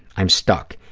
i'm stuck.